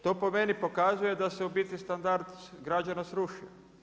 To po meni pokazuje da se u biti standard građana srušio.